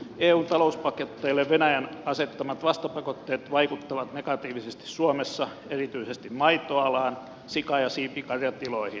eun talouspakotteille venäjän asettamat vastapakotteet vaikuttavat negatiivisesti suomessa erityisesti maitoalaan sika ja siipikarjatiloihin